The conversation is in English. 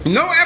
no